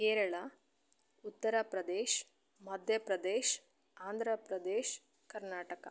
Kerala Uttar Pradesh Madhya Pradesh Andhra Pradesh Karnataka